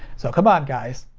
so come on, guys.